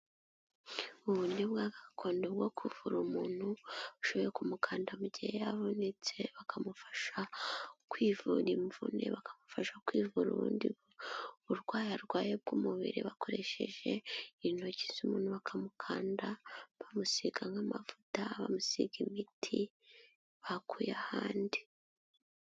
Uburyo bwa gakondo bwo kuvura umuntu, ushoboye kumukanda mu gihe yavunitse, bakamufasha kwivura imvune, bakamufasha kwivura ubundi burwayi arwaye bw'umubiri bakoresheje intoki z'umuntu, bakamukanda bamusiga nk'amavuta, bamusiga imiti bakuye ahandi.